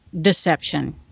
deception